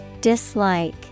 dislike